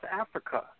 Africa